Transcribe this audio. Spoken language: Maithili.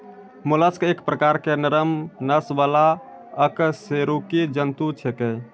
मोलस्क एक प्रकार के नरम नस वाला अकशेरुकी जंतु छेकै